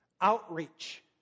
Outreach